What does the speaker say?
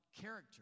character